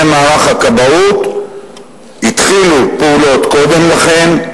מערך הכבאות התחילו פעולות קודם לכן,